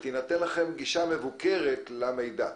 ולכם תינתן גישה מבוקרת למידע.